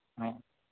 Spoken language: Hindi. हाँ